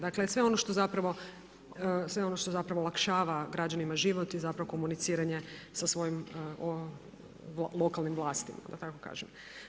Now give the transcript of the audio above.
Dakle sve ono što zapravo olakšava građanima život i zapravo komuniciranje sa svojim lokalnim vlastima, da tako kažem.